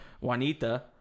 Juanita